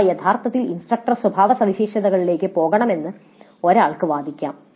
ഇവ യഥാർത്ഥത്തിൽ ഇൻസ്ട്രക്ടർ സ്വഭാവസവിശേഷതകളിലേക്ക് പോകണമെന്ന് ഒരാൾക്ക് വാദിക്കാം